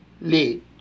late